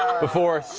before